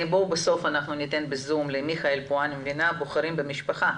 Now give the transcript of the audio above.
אנחנו נאפשר למיכאל פואה מארגון 'בוחרים במשפחה'.